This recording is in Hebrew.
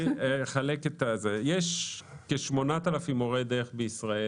יש כ-8,000 מורי דרך בישראל.